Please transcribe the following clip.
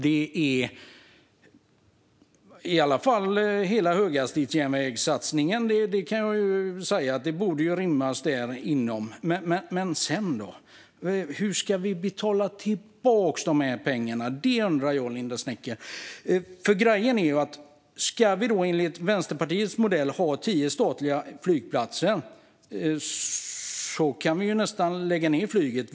Hela satsningen på höghastighetsjärnväg borde i alla fall rymmas. Men sedan då? Hur ska vi betala tillbaka de pengarna, Linda W Snecker? Om vi, enligt Vänsterpartiets modell, ska ha tio statliga flygplatser kan vi nästan lägga ned flyget.